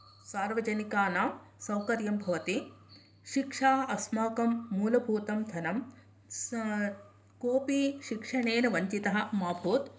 सार्वजनिकानां सौकर्यं भवति शिक्षा अस्माकं मूलभूतं धनं कोऽपि शिक्षणेन वंञ्चितः मा भूत्